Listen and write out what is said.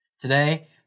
Today